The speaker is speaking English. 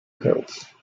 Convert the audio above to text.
hills